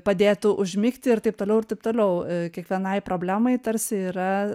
padėtų užmigti ir taip toliau ir taip toliau kiekvienai problemai tarsi yra